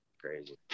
Crazy